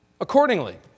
accordingly